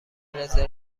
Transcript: رزرو